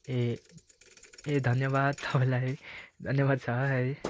ए ए धन्यवाद तपाईँलाई धन्यवाद छ है